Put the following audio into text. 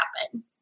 happen